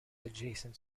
adjacent